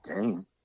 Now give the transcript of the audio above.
game